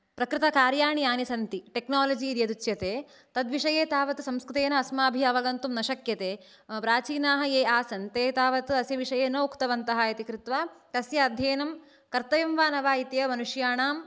प्रकृतकार्याणि यानि सन्ति टेक्नोलजि यदुच्यते तद्विषये तावत् संस्कृतेन अस्माभिः अवगन्तुं न शक्यते प्राचीनाः ये आसन् ते तावत् अस्य विषये न उक्तवन्तः इति कृत्वा तस्य अध्ययनं कर्तव्यं वा न वा इत्येव मनुष्याणां